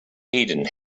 aidan